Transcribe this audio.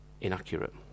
inaccurate